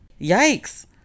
Yikes